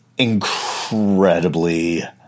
incredibly